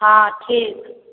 हँ ठीक